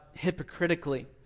hypocritically